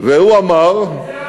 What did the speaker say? את זה,